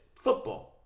football